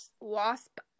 Wasp